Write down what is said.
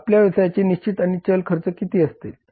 आपल्या व्यवसायाचे निश्चित आणि चल खर्च किती असतील